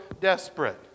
desperate